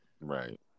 Right